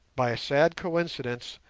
by a sad coincidence,